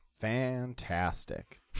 Fantastic